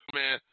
man